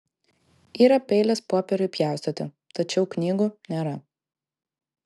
yra peilis popieriui pjaustyti tačiau knygų nėra